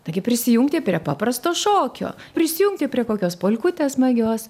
taigi prisijungti prie paprasto šokio prisijungti prie kokios polkutės smagios